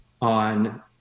on